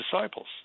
disciples